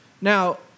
Now